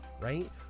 right